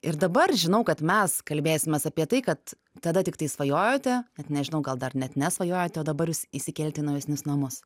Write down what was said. ir dabar žinau kad mes kalbėsimės apie tai kad tada tiktai svajojote net nežinau gal dar net nesvajojote o dabar jūs įsikėlėt į naujesnius namus